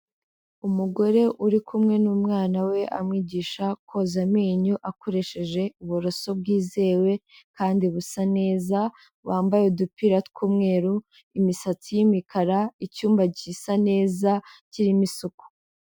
Umugore uri kumwe n'umwana we amwigisha koza amenyo akoresheje uburoso bwizewe kandi busa neza, wambaye udupira tw'umweru, imisatsi yi'mikara, icyumba gisa neza kirimo isuku.